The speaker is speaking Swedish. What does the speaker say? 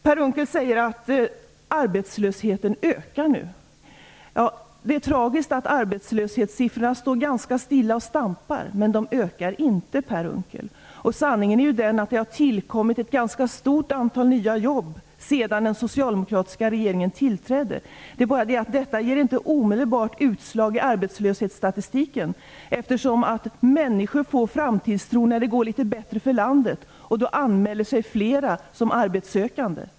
Per Unckel säger att arbetslösheten nu ökar. Det är tragiskt att arbetslöshetssiffrorna står ganska stilla och stampar. Men de ökar inte, Per Unckel! Sanningen är den att det har tillkommit ett ganska stort antal nya jobb sedan den socialdemokratiska regeringen tillträdde. Det är bara det att detta inte ger omedelbart utslag i arbetslöshetsstatistiken. Människor får nämligen framtidstro när det går litet bättre för landet, och fler anmäler sig som arbetssökande.